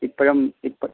ഇപ്പോഴും ഇപ്പം